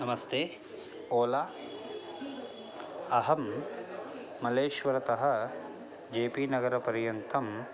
नमस्ते ओला अहं मलेश्वरतः जे पी नगरपर्यन्तं